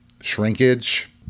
shrinkage